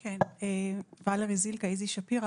אני מאיזי שפירא,